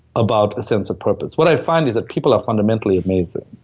about a sense of purpose what i find is that people are fundamentally amazing.